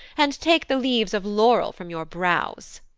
and take the leaves of laurel from your brows.